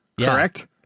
correct